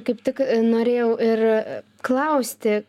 kaip tik norėjau ir klausti